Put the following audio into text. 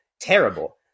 terrible